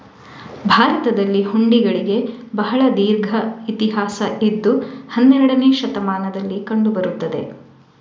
ಭಾರತದಲ್ಲಿ ಹುಂಡಿಗಳಿಗೆ ಬಹಳ ದೀರ್ಘ ಇತಿಹಾಸ ಇದ್ದು ಹನ್ನೆರಡನೇ ಶತಮಾನದಲ್ಲಿ ಕಂಡು ಬರುತ್ತದೆ